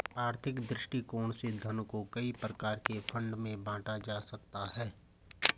आर्थिक दृष्टिकोण से धन को कई प्रकार के फंड में बांटा जा सकता है